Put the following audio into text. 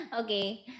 Okay